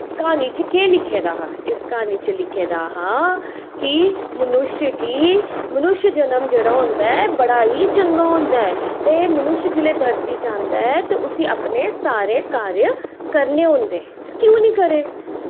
क्हानी च केह् लिखे दा हा इस क्हानी च लिखे दा हा कि मनुष्य गी मनुष्य जनम जेह्ड़ा होंदा ऐ बड़ा ही चंगा होंदा ऐ ते मनुष्य जिसलै धरती च आंदा ऐ ते उसी सारे कार्य करने होंदे ते क्यों नी करै